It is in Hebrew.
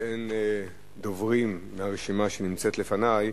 באין דוברים מהרשימה הנמצאת לפני,